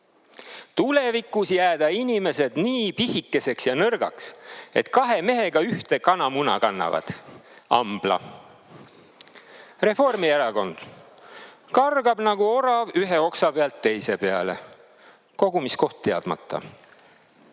"Tulevikus jääda inimesed nii pisikeseks ja nõrgaks, et kahe mehega ühte kanamuna kannavad." Ambla. Reformierakond, "Kargab nagu orav ühe oksa pealt teise peale." Kogumiskoht teadmata. Isamaa,